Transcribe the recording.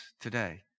today